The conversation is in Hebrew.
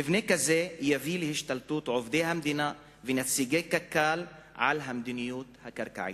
מבנה כזה יביא להשתלטות עובדי המדינה ונציגי קק"ל על המדיניות הקרקעית.